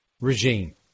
regime